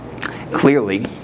Clearly